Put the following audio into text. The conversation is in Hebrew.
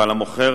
ועל המוכר